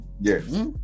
Yes